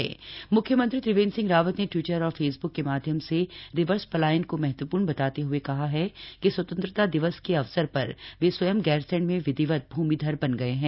मुमिघर मुख्यमंत्री मुख्यमंत्री त्रिवेन्द्र सिंह रावत ने ट्वीटर और फेसबुक के माध्यम से रिवर्स पलायन को महत्वपूर्ण बताते हुए कहा है कि स्वतंत्रता दिवस के अवसर पर वे स्वयं गैरसेंण में बिधिवत भूमिधर बन गये हैं